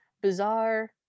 bizarre